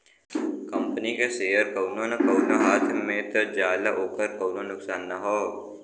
company के share कउनो न कउनो हाथ मे त जाला ओकर कउनो नुकसान ना हौ